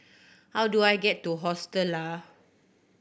how do I get to Hostel Lah